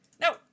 no